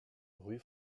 rue